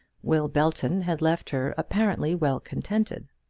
will belton had left her apparently well contented.